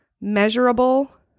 measurable